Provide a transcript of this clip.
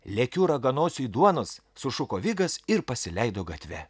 lekiu raganosiui duonos sušuko vigas ir pasileido gatve